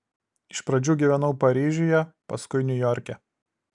iš pradžių gyvenau paryžiuje paskui niujorke